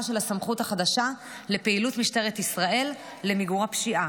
של הסמכות החדשה לפעילות משטרת ישראל למיגור הפשיעה.